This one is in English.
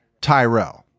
Tyrell